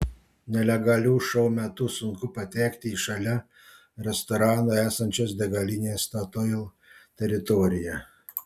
nelegalių šou metu sunku patekti į šalia restorano esančios degalinės statoil teritoriją